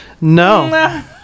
no